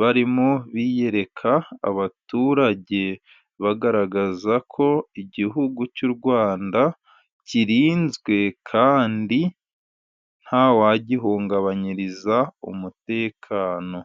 barimo biyereka abaturage, bagaragaza ko igihugu cy'u Rwanda kirinzwe, kandi nta wagihungabanyiriza umutekano.